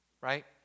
right